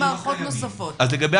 במערכות נוספות.